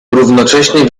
równocześnie